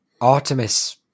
Artemis